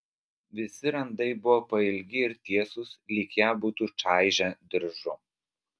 visi randai buvo pailgi ir tiesūs lyg ją būtų čaižę diržu